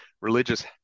religious